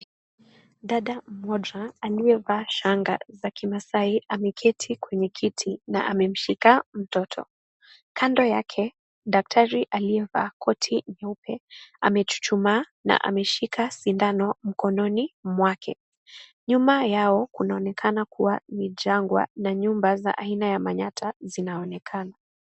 Dada moja aliyevaa shanga za kimasai ameketi kwenye kiti na amemshika mtoto. Kando yake, daktari aliyevaa koti nyeupe amechuchumaa na ameshika sindano mkononi mwake. Nyuma yao kunaonekana kuwa ni jangwa na nyumba za aina ya manyatta zinaonekana.